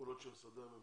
של משרדי הממשלה,